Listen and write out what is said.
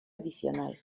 adicional